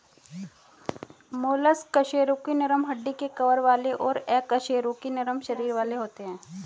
mollusc कशेरुकी नरम हड्डी के कवर वाले और अकशेरुकी नरम शरीर वाले होते हैं